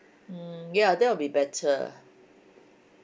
mm ya that will be better